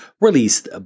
released